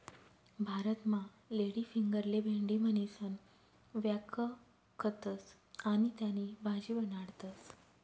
भारतमा लेडीफिंगरले भेंडी म्हणीसण व्यकखतस आणि त्यानी भाजी बनाडतस